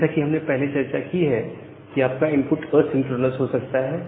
जैसा कि हमने पहले भी चर्चा की है कि आपका इनपुट असिंक्रोनस हो सकता है